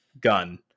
gun